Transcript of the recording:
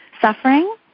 suffering